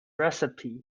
recipe